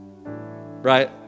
Right